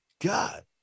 God